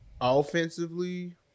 Offensively